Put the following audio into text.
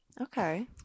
Okay